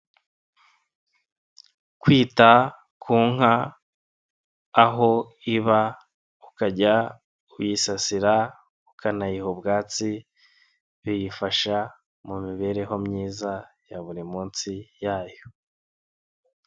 Kwita ku nka, aho iba, ukajya uyisasira, ukanayiha ubwatsi, biyifasha mu mibereho myiza ya buri munsi yayo.